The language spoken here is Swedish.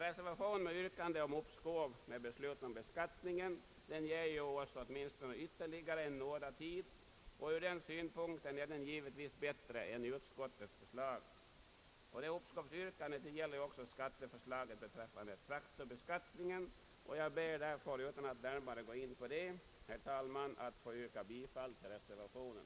Reservationens yrkande om uppskov med beslut om beskattningen ger oss åtminstone ytterligare en nådatid, och ur den synpunkten är den givetvis bättre än utskottets förslag. Detta uppskovsyrkande gäller också skatteförslaget beträffande traktorer, och jag ber, herr talman, utan att närmare gå in på det, att få yrka bifall till reservationen.